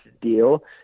deal